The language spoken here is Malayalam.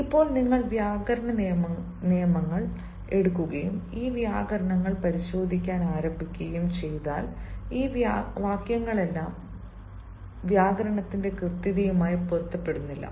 ഇപ്പോൾ നിങ്ങൾ വ്യാകരണ നിയമങ്ങൾ എടുക്കുകയും ഈ വാക്യങ്ങൾ പരിശോധിക്കാൻ ആരംഭിക്കുകയും ചെയ്താൽ ഈ വാക്യങ്ങളെല്ലാം വ്യാകരണത്തിന്റെ കൃത്യതയുമായി പൊരുത്തപ്പെടുന്നില്ല